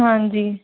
हाँ जी